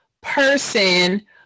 person